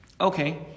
Okay